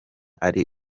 ari